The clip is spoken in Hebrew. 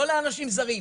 לא לאנשים זרים,